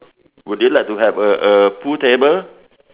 would you like to have a a pool table